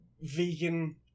vegan